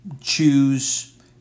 choose